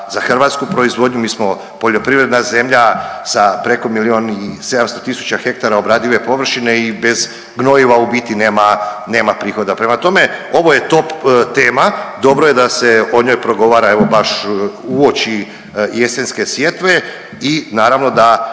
za hrvatsku proizvodnju. Mi smo poljoprivredna zemlja sa preko milijun i 700 tisuća hektara obradive površine i bez gnojiva u biti nema prihoda. Prema tome, ovo je top tema, dobro je da se o njoj progovara evo baš uoči jesenske sjetve i naravno da